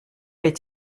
est